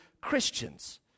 Christians